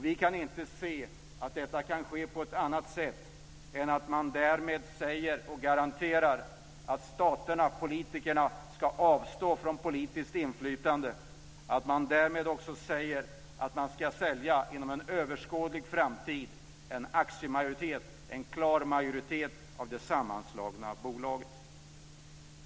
Vi kan inte se att detta kan ske på annat sätt än att man därmed säger och garanterar att staterna och politikerna ska avstå från politiskt inflytande och att man därmed också säger att man inom en överskådlig framtid ska sälja en aktiemajoritet, en klar majoritet av det sammanslagna bolaget.